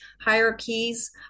Hierarchies